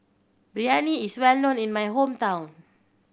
biryani is well known in my hometown